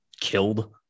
killed